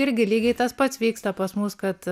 irgi lygiai tas pats vyksta pas mus kad